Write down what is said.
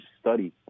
study